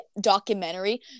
documentary